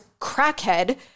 crackhead